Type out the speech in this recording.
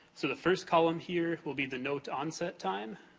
so, the first column here, will be the note onset time.